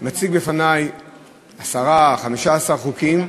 מציג בפני עשרה, 15 חוקים,